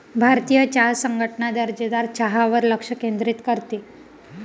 भारतीय चहा संघटना दर्जेदार चहावर लक्ष केंद्रित करते